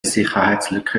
sicherheitslücke